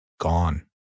gone